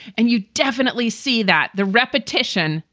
and you definitely see that the repetition,